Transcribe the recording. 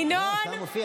ינון,